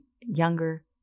younger